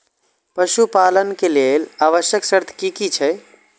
पशु पालन के लेल आवश्यक शर्त की की छै?